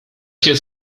się